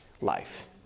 life